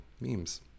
memes